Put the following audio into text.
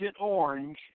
Orange